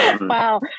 Wow